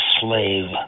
slave